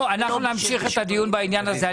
אנחנו נמשיך את הדיון בעניין הזה.